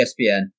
ESPN